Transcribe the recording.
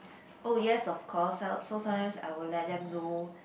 oh yes of course uh so sometimes I will let them know